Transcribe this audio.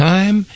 Time